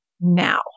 now